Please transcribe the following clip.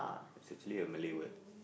it's actually a Malay word